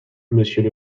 monsieur